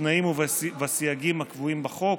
בתנאים ובסייגים הקבועים בחוק.